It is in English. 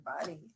body